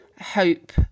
hope